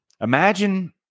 Imagine